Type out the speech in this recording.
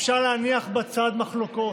אפשר להניח בצד מחלוקות.